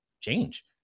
change